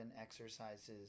exercises